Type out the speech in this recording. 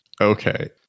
okay